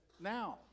now